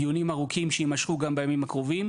דיונים ארוכים שיימשכו גם בימים הקרובים,